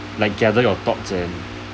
like gather your thoughts and